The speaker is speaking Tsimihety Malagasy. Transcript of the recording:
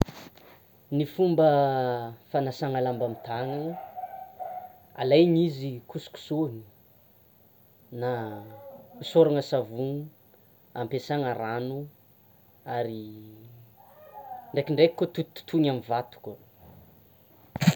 Ny fomba fanasana lamba amin'ny tanana alaina izy kosokosôhina na hosôrana savony, ampiasaina rano; ary ndrekindreky koa tototoina amin'ny vato koa.